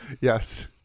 Yes